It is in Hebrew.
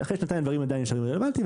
ואחרי שנתיים דברים נשארים רלוונטיים,